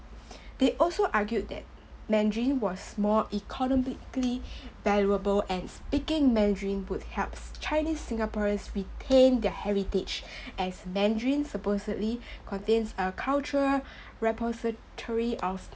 they also argued that mandarin was more economically valuable and speaking mandarin would helps chinese singaporeans retain their heritage as mandarin supposedly contains a cultural repository of